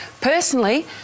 Personally